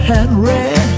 Henry